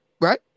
Right